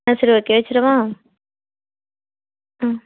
ஆ சரி ஓகே வச்சுடவா ம்